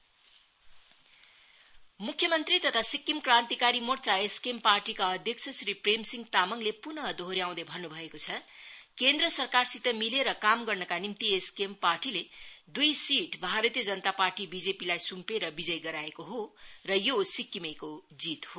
SKM मुख्यमन्त्री तथा Sikkim Krantikari Morcha SKM पार्टीका अध्यक्ष श्री प्रेमसिंह तामाङले पुनः दोहो ्याउँदै भन्नु भएको छ केन्द्र सरकारसित मिलेर काम गर्नका निम्ति एसकेएम पार्टीले दुई सीट भारतीय जनता पार्टी बीजेपीलाई सुम्पेर विजय गराएको हो र यो सिक्विमेको जीत हो